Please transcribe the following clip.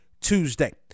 Tuesday